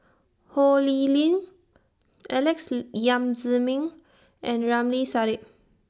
Ho Lee Ling Alex Yam Ziming and Ramli Sarip